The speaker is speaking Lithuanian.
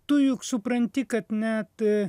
tu juk supranti kad net